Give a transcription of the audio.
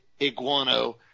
iguano